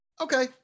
okay